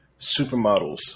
supermodels